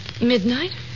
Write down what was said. Midnight